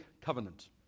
Covenant